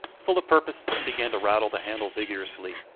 full of purpose, and began to rattle the handle vigorously,